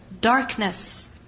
darkness